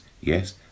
Yes